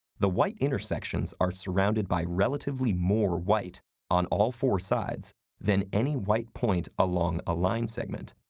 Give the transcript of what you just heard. the white intersections are surrounded by relatively more white on all four sides than any white point along a line segment.